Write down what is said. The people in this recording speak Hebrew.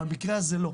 במקרה הזה לא.